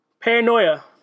Paranoia